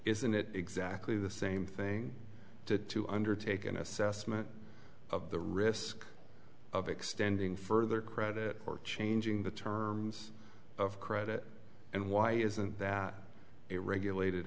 isn't it exactly the same thing to to undertake an assessment of the risk of extending further credit or changing the terms of credit and why isn't that a regulated